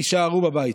תישארו בבית.